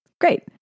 great